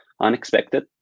unexpected